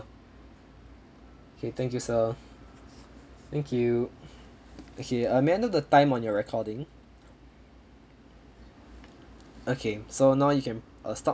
okay thank you sir thank you okay uh may I know the time on your recording okay so now you can uh stop